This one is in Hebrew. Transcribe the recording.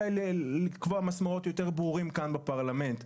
אולי לקבוע מסמרות יותר ברורות כאן בפרלמנט.